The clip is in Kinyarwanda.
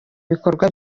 bikorwa